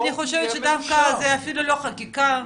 אני חושבת שדווקא זה אפילו לא חקיקה,